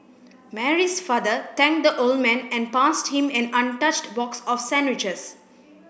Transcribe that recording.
Mary's father thanked the old man and passed him an untouched box of sandwiches